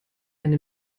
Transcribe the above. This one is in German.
eine